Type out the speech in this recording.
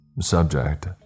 subject